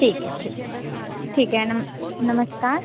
ठीक है ठीक है नमस् नमस्कार